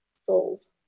souls